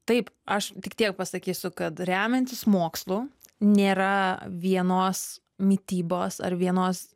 taip aš tik tiek pasakysiu kad remiantis mokslu nėra vienos mitybos ar vienos